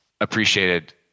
appreciated